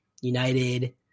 United